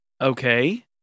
okay